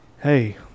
hey